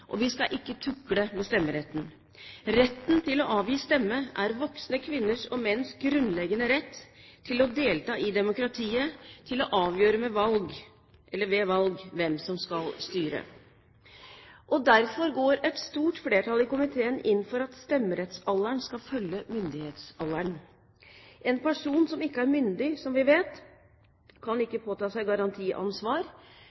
og vi skal ikke tukle med stemmeretten. Retten til å avgi stemme er voksne kvinners og menns grunnleggende rett til å delta i demokratiet, til å avgjøre ved valg hvem som skal styre. Derfor går et stort flertall i komiteen inn for at stemmerettsalderen skal følge myndighetsalderen. En person som ikke er myndig, kan ikke, som vi vet, påta seg garantiansvar, kan